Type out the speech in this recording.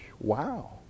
wow